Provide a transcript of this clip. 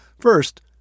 First